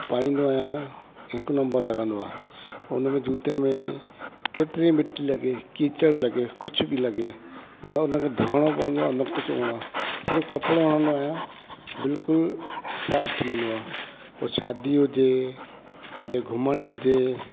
पाईंदो आहियां हिकु नंबर लॻंदो आहे हुनमें जुते में केतिरी मिटी लॻे कीचड़ लॻे कुझु बि लॻे न उनखे धोइणो पवंदो आहे न कुझु हूंदो आहे सिर्फ कपिड़ो हणंदो आहियां बिल्कुलु साफ़ थी वेंदो आहे पोइ शादीअ हुजे किथे घुमिणो हुजे